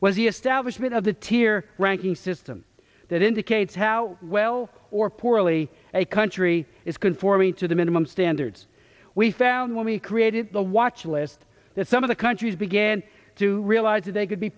was the establishment of the tier ranking system that indicates how well or poorly a country is conforming to the minimum standards we found when we created the watchlist that some of the countries began to realize that they could be